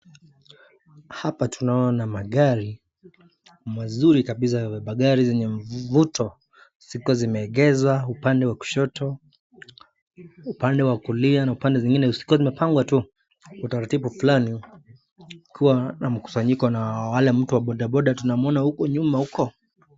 Hapa tunaona magari mazuri kabisa magari zenye mvuto zikiwa zimeegeshwa upande wa kushoto, upande wa kulia na upande zingine zikiwa zimepangwa tu utaratibu fulani, ukiwa na mkusanyiko na wale mtu wa bodaboda tunamuona huko nyuma huko.